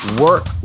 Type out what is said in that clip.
work